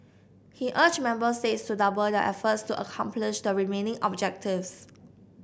he urged member states to double their efforts to accomplish the remaining objectives